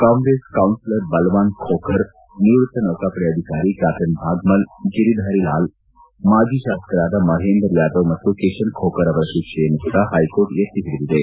Congress councillor Balwan Khokhar ನಿವೃತ್ತ ಸೌಕಾಪಡೆ ಅಧಿಕಾರಿ ಕ್ಲಾಪ್ಲನ್ ಭಾಗ್ಮಲ್ ಗಿರಿಧಾರಿ ಲಾಲ್ ಮಾಜಿ ಶಾಸಕರಾದ ಮಹೇಂಧರ್ ಯಾದವ್ ಮತ್ತು ಕಿಶನ್ ಖೋಖರ್ ಅವರ ಶಿಕ್ಷೆಯನ್ನು ಕೂಡ ಹೈಕೋರ್ಟ್ ಎತ್ತಿ ಹಿಡಿದಿದೆ